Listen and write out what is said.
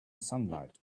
sunlight